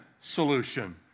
solution